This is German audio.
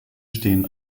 stehen